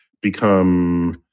become